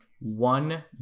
one